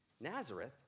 Nazareth